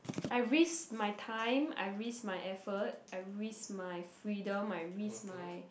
I risk my time I risk my effort I risk my freedom I risk my